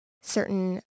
certain